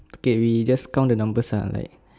okay we just count the numbers ah like